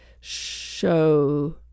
show